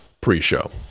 pre-show